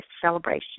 celebration